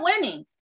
winning